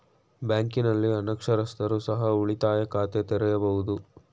ಬ್ಯಾಂಕಿನಲ್ಲಿ ಅನಕ್ಷರಸ್ಥರು ಸಹ ಉಳಿತಾಯ ಖಾತೆ ತೆರೆಯಬಹುದು?